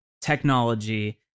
technology